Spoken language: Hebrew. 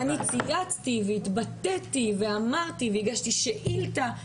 ואני צייצתי והתבטאתי ואמרתי והגשתי שאילתה,